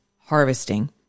harvesting